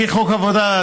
לפי חוק העבודה,